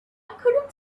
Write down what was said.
couldn’t